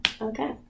Okay